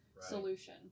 solution